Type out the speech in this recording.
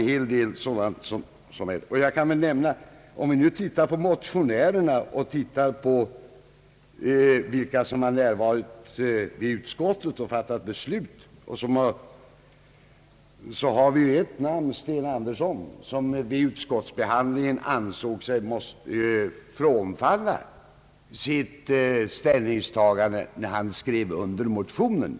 Bland motionärerna som närvarit i utskottet och fattat beslut har vi Sten Andersson, som vid utskottsbehandlingen ansåg sig böra frånträda sitt ställningstagande när han skrev under motionen.